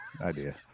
idea